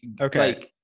Okay